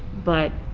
but